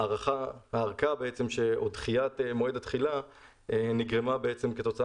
ההארכה או דחיית מועד התחילה נגרמה כתוצאה